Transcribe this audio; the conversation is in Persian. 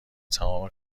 تمام